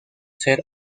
ser